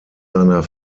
seiner